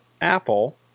apple